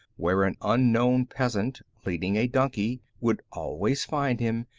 where an unknown peasant, leading a donkey, would always find him,